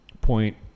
point